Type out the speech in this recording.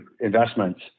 investments